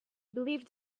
believed